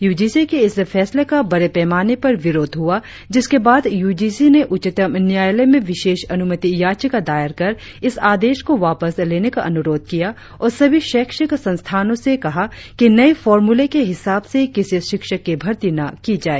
UGC के इस फैसले का बड़े पैमाने पर विरोध हुआ जिसके बाद यूजीसी ने उच्चतम न्यायालय में विशेष अनुमति याचिका दायर कर इस आदेश को वापस लेने का अनुरोध किया और सभी शैक्षिक संस्थानों से कहा कि नए फार्मूले के हिसाब से किसी शिक्षक की भर्ती न की जाए